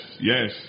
yes